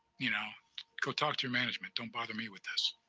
you know go talk to your management. don't bother me with this.